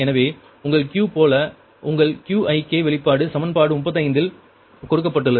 எனவே உங்கள் Q போல உங்கள் Qik வெளிப்பாடு சமன்பாடு 35 இல் கொடுக்கப்பட்டுள்ளது